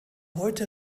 heute